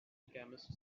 alchemist